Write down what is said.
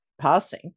passing